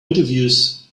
interviews